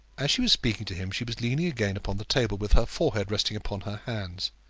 as she was speaking to him she was leaning again upon the table, with her forehead resting upon her hands.